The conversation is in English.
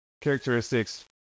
characteristics